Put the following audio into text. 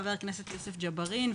חבר הכנסת יוסף ג'בארין,